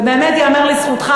ובאמת ייאמר לזכותך,